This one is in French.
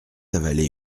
avalé